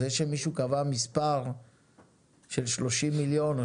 זה שמישהו קבע מספר של 30,000,000 או